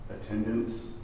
Attendance